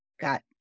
got